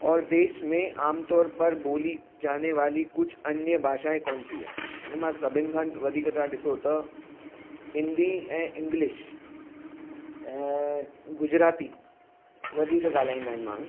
और देश में आमतौर पर ॿोली जाने वाली कुछ अन्य भाषाए कौन सी है इन मां सभिनि खां वधीक तव्हां ॾिसो त हिंदी ऐं इंग्लिश ऐं गुजराती वधीक ॻाल्हाईंदा आहिनि माण्हू